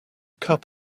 cup